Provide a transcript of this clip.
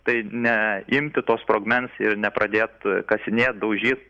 tai ne imti to sprogmens ir nepradėt kasinėt daužyt